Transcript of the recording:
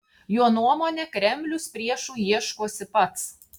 jo nuomone kremlius priešų ieškosi pats